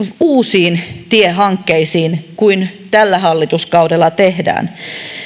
uusiin tiehankkeisiin kuin tällä hallituskaudella tehdään